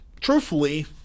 truthfully